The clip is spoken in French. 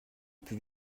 plus